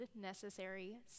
necessary